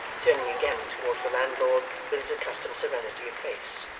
turning again towards the landlord with his accustomed serenity of face.